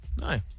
No